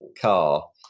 car